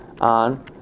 on